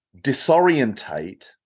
disorientate